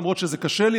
למרות שזה קשה לי,